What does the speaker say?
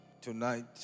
tonight